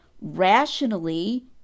rationally